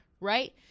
right